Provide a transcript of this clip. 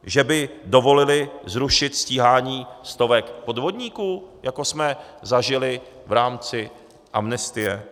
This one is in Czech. Že by dovolili zrušit stíhání stovek podvodníků, jako jsme zažili v rámci amnestie?